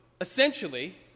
essentially